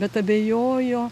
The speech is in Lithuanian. bet abejojo